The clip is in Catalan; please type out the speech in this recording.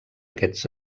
aquests